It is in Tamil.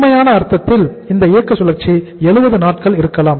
உண்மையான அர்த்தத்தில் இந்த இயக்க சுழற்சி 70 நாட்கள் இருக்கலாம்